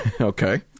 Okay